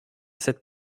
cette